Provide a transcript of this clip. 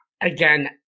again